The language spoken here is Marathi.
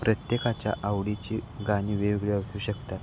प्रत्येकाच्या आवडीची गाणी वेगळी असू शकतात